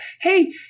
Hey